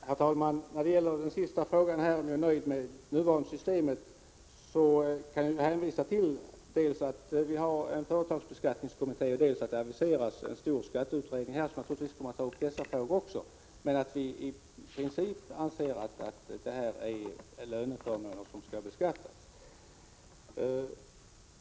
Herr talman! När det gäller den sista frågan om jag är nöjd med det nuvarande systemet kan jag hänvisa till dels att vi har en företagsbeskattningskommitté, dels att det har aviserats en stor skatteutredning som naturligtvis kommer att ta upp också dessa frågor. I princip anser jag att detta är löneförmåner som skall beskattas.